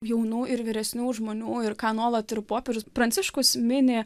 jaunų ir vyresnių žmonių ir ką nuolat ir popiežius pranciškus mini